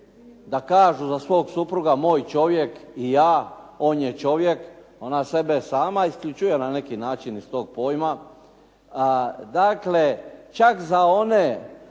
da kažu za svog supruga moj čovjek i ja, on je čovjek. Ona sebe sama isključuje na neki način iz tog pojma. Dakle, čak za one